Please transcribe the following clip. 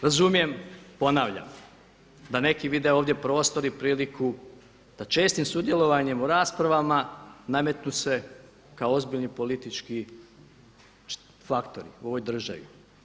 Razumijem, ponavljam da neki vide ovdje prostor i priliku da čestim sudjelovanjem u raspravama nametnu se kao ozbiljni politički faktori u ovoj državi.